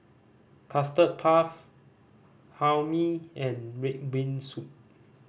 Custard Puff Hae Mee and red bean soup